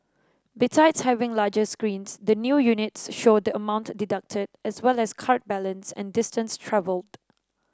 besides having larger screens the new units show the amount deducted as well as card balance and distance travelled